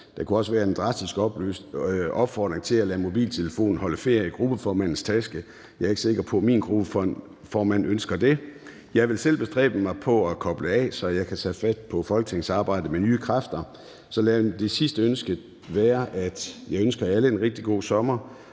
Der kunne også være en drastisk opfordring til at lade mobiltelefonen holde ferie i gruppeformandens taske. Jeg er ikke sikker på, min gruppeformand ønsker det. Jeg vil selv bestræbe mig på at koble af, så jeg kan tage fat på folketingsarbejdet med nye kræfter. Lad det sidste være, at jeg ønsker alle en rigtig god sommer